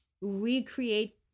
recreate